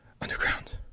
Underground